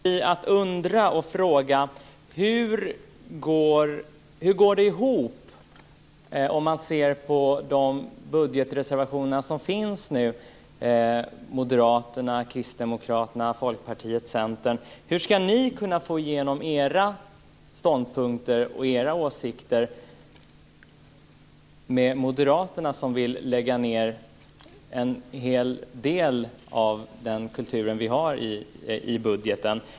Herr talman! Jag är glad över att Gunilla Tjernberg visar sin empati här i talarstolen. Men jag kan inte låta bli att undra och fråga: Hur går det ihop om man ser på de budgetreservationer som nu finns från Centern? Hur ska ni kunna få igenom era ståndpunkter och åsikter när Moderaterna vill lägga ned en hel del av den kultur som vi har i budgeten?